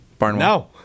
No